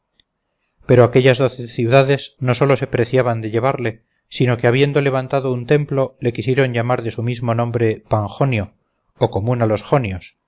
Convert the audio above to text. pero aquellas doce ciudades no sólo se preciaban de llevarle sino que habiendo levantado un templo le quisieron llamar de su mismo nombre panjonio o común a los jonios